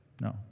No